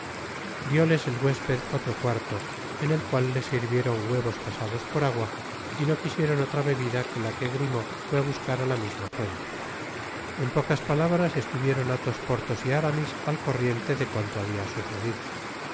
dióles el huésped otro cuarto en el cual les sirvieron huevos pasados por agua y no quisieron otra bebida que la que grimaud fué á buscar á la misma fuente en pocas palabras estuvieron athos porthos y aramis al corriente de cuanto habia sucedido